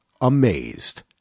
amazed